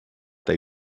they